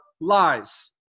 lies